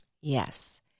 Yes